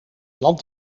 land